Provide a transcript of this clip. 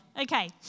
okay